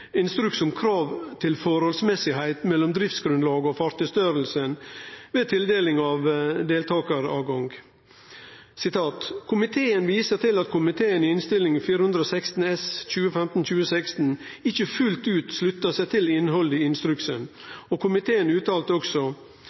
krav til rimeleg samsvar mellom driftsgrunnlag og fartøystørrelse ved tildeling av deltakaråtgang. Komiteen viser til at komiteen i lnnst. 416 S for 2015–2016 ikkje fullt ut slutta seg til innhaldet i instruksen. Komiteen uttalte